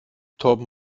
torben